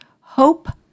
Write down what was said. hope